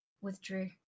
withdrew